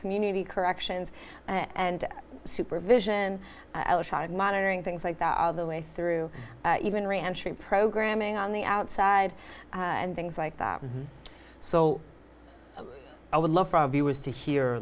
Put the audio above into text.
community corrections and supervision monitoring things like that all the way through even re entry programming on the outside and things like that so i would love for our viewers to hear